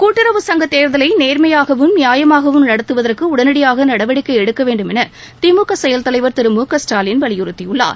கூட்டுறவு சங்கத் தேர்தலை நேர்மையகவும் நியாயமாகவும் நடத்துவதற்கு உடனடியாக நடவடிக்கை எடுக்க வேண்டும் என திமுக செயல் தலைவர் திரு மு க ஸ்டாலின் வலியுறுத்தியுள்ளார்